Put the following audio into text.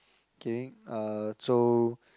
okay uh so